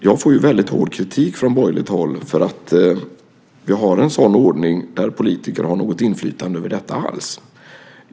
Jag får ju väldigt hård kritik från borgerligt håll för att vi har en sådan ordning där politiker har något inflytande över detta alls.